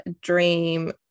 dream